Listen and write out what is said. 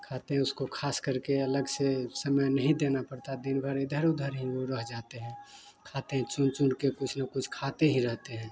खाते हैं उसको खासकर के अलग से समय नहीं देना पड़ता है दिन भर इधर उधर हीं ऊ रह जाते हैं खाते हैं चुन चुन कर कुछ न कुछ खाते ही रहते हैं